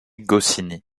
goscinny